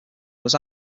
was